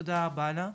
תודה רבה לה.